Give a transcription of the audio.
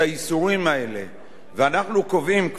ואנחנו קובעים, כפי שמציעה הצעת החוק,